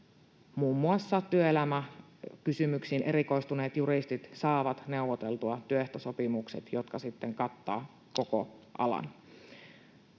muun muassa työelämäkysymyksiin erikoistuneet juristit saavat neuvoteltua työehtosopimukset, jotka sitten kattavat koko alan.